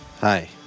Hi